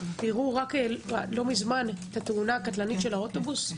לא מזמן היתה תאונה קטלנית שבה היה מעורב אוטובוס,